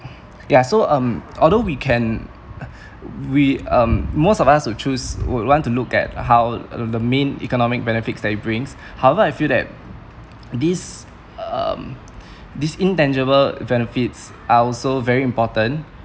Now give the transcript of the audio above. so ya um although we can uh we um most of us would choose would want to look at how the the main economic benefits that it brings however I feel that these um these intangible benefits are also very important